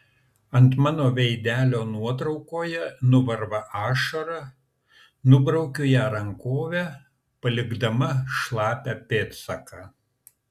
ant mano veidelio nuotraukoje nuvarva ašara nubraukiu ją rankove palikdama šlapią pėdsaką